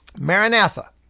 Maranatha